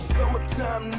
Summertime